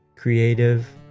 creative